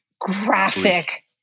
graphic